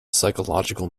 psychological